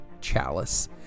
chalice